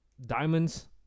diamonds